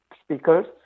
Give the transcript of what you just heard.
speakers